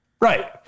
Right